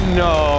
no